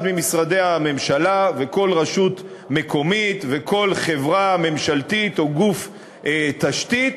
ממשרדי הממשלה וכל רשות מקומית וכל חברה ממשלתית או גוף תשתית